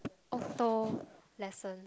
auto lesson